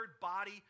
body